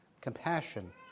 compassion